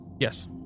Yes